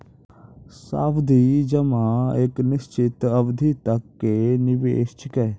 सावधि जमा एक निश्चित अवधि तक के निवेश छिकै